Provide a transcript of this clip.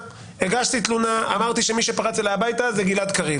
הגשתי תלונה ואמרתי שמי שפרץ אליי הביתה הוא גלעד קריב.